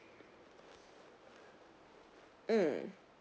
mm